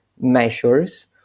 measures